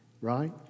right